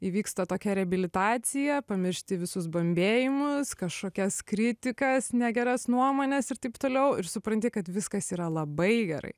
įvyksta tokia reabilitacija pamiršti visus bambėjimus kažkokias kritikas negeras nuomones ir taip toliau ir supranti kad viskas yra labai gerai